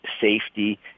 safety